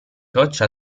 coach